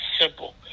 simple